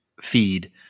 feed